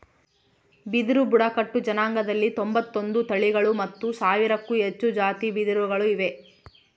ಬಿದಿರು ಬುಡಕಟ್ಟು ಜನಾಂಗದಲ್ಲಿ ತೊಂಬತ್ತೊಂದು ತಳಿಗಳು ಮತ್ತು ಸಾವಿರಕ್ಕೂ ಹೆಚ್ಚು ಜಾತಿ ಬಿದಿರುಗಳು ಇವೆ